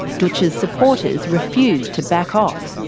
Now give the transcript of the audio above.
dootch's supporters refused to back off.